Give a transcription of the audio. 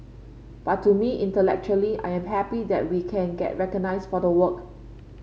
but to me intellectually I am happy that we can get recognised for the work